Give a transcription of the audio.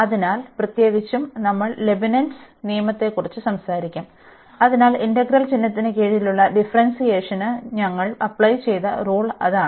അതിനാൽ പ്രത്യേകിച്ചും നമ്മൾ ലെബ്നിറ്റ്സ് നിയമത്തെക്കുറിച്ച് സംസാരിക്കും അതിനാൽ ഇന്റഗ്രൽ ചിഹ്നത്തിന് കീഴിലുള്ള ഡിഫറെന്സിയേഷന് ഞങ്ങൾ അപ്ലൈ ചെയ്യുന്ന റൂൾ അതാണ്